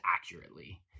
accurately